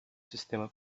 sistema